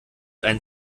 ein